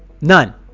None